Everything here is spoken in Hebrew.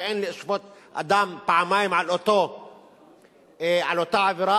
שאין לשפוט אדם פעמיים על אותה עבירה,